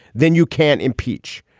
then you can't impeach.